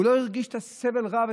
הוא לא הרגיש את הסבל הרב,